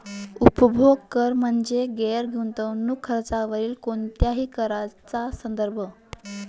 उपभोग कर म्हणजे गैर गुंतवणूक खर्चावरील कोणत्याही कराचा संदर्भ